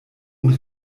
und